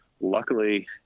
Luckily